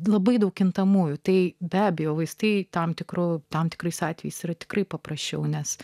labai daug kintamųjų tai be abejo vaistai tam tikru tam tikrais atvejais yra tikrai paprasčiau nes